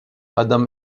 adam